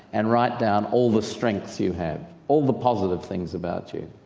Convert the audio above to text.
and write down all the strengths you have, all the positive things about you.